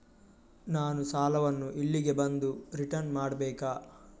ನಾನು ಸಾಲವನ್ನು ಇಲ್ಲಿಗೆ ಬಂದು ರಿಟರ್ನ್ ಮಾಡ್ಬೇಕಾ?